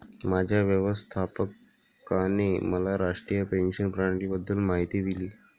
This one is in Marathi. माझ्या व्यवस्थापकाने मला राष्ट्रीय पेन्शन प्रणालीबद्दल माहिती दिली